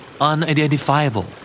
Unidentifiable